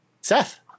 Seth